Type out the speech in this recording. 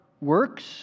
works